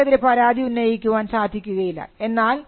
ആർക്കും നിങ്ങൾക്കെതിരെ പരാതി ഉന്നയിക്കാൻ സാധിക്കുകയില്ല